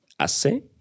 hace